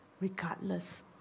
Regardless